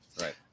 Right